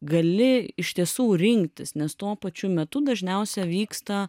gali iš tiesų rinktis nes tuo pačiu metu dažniausia vyksta